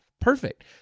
perfect